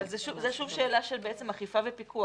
אבל זה שוב שאלה של אכיפה ופיקוח.